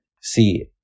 See